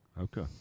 Okay